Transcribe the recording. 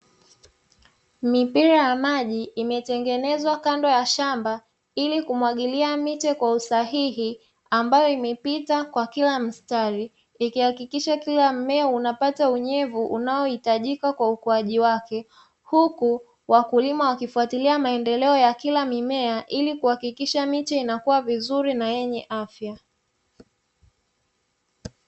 Mipira ya maji imetengenezwa kando ya shamba ili kumwagilia miche kwa usahihi ambayo imepita kwa kila mstari, ikihakikisha kila mmea unapata unyevu unaohitajika kwa ukuaji wake. Huku wakulima wakifuatilia maendeleo ya kila mmea ili kuhakikisha miche inakua vizuri na yenye afya.